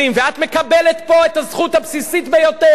ואת מקבלת פה את הזכות הבסיסית ביותר,